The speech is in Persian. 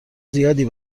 زیادی